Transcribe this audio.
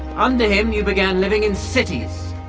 under him, you began living in cities,